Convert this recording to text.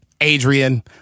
Adrian